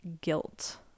guilt